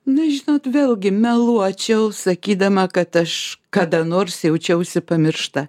nu žinot vėlgi meluočiau sakydama kad aš kada nors jaučiausi pamiršta